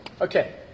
Okay